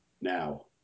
now